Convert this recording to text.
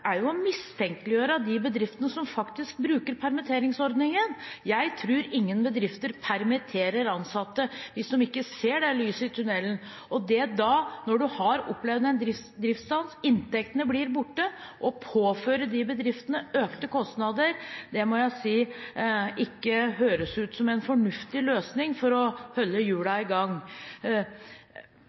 er jo å mistenkeliggjøre de bedriftene som faktisk bruker permitteringsordningen. Jeg tror ingen bedrifter permitterer ansatte hvis ikke de ser det lyset i tunnelen. Når en har opplevd en driftsstans, og inntektene blir borte, må jeg si at å påføre de bedriftene økte kostnader ikke høres ut som en fornuftig løsning for å holde hjulene i gang.